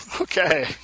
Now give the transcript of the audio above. Okay